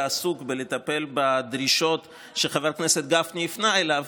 עסוק בלטפל בדרישות שחבר הכנסת גפני הפנה אליו,